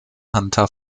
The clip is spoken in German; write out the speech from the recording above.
hunter